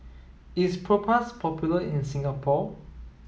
is Propass popular in Singapore